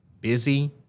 busy